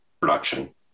production